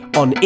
on